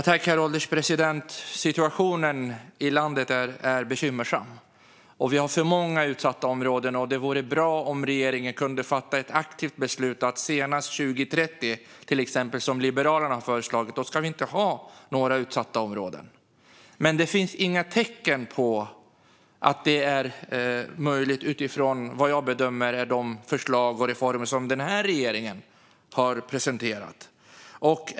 Herr ålderspresident! Situationen i landet är bekymmersam. Det finns för många utsatta områden, och det vore bra om regeringen kunde fatta ett aktivt beslut att det senast 2030, ett årtal som Liberalerna har föreslagit, inte ska finnas några utsatta områden. Men det finns inga tecken på att det är möjligt utifrån vad jag bedömer är de förslag och reformer som den här regeringen har presenterat.